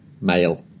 male